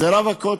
זה רב הכותל.